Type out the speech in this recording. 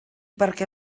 perquè